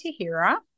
Tahira